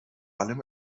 allem